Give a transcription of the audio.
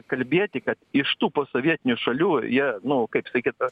kalbėti kad iš tų posovietinių šalių jie nu kaip sakyt